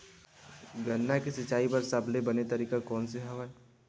गन्ना के सिंचाई बर सबले बने तरीका कोन से हवय?